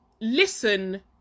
listen